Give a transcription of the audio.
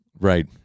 Right